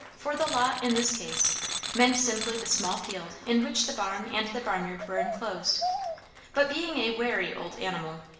for the lot in this case meant simply the small field in which the barn and the barnyard were enclosed but being a wary old animal,